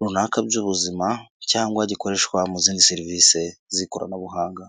runaka by'ubuzima cyangwa gikoreshwa mu zindi serivisi z'ikoranabuhanga.